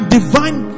divine